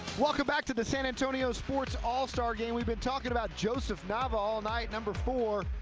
welcome back to the san antonio sports all-star game, we've been talking about joseph nava all night, number four,